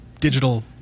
digital